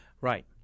Right